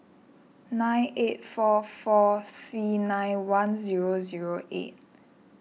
nine eight four four three nine one zero zero eight